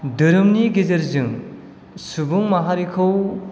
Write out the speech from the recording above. धाेरोमनि गेजेरजों सुबुं माहारिखौ